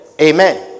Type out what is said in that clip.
Amen